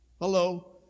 Hello